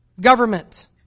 government